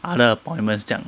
other appointments 这样